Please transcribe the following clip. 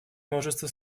множество